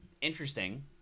interesting